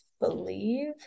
believe